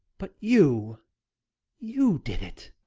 but you you did it.